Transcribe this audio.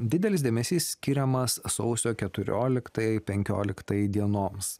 didelis dėmesys skiriamas sausio keturioliktai penkioliktai dienoms